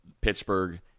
Pittsburgh